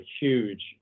huge